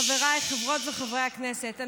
חבריי חברות וחברי הכנסת,